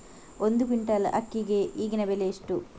ಒಂದು ಕ್ವಿಂಟಾಲ್ ಅಕ್ಕಿಗೆ ಈಗಿನ ಬೆಲೆ ಎಷ್ಟು?